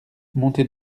montée